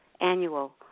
annual